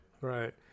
right